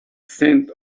scent